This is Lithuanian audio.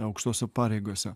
aukštose pareigose